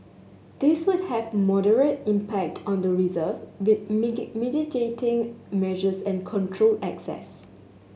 these would have moderate impact on the reserve with mitigating measures and controlled access